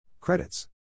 Credits